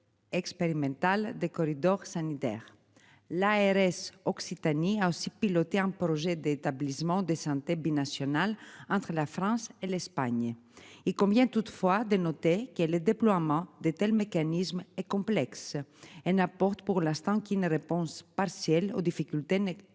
L'ARS Occitanie aussi piloter un projet d'établissement de santé binational entre la France et l'Espagne. Et combien toutefois de noter que le déploiement de tels mécanismes est complexe, elle n'apporte pour l'instant qui ne réponse partielle aux difficultés des